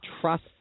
trust